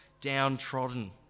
downtrodden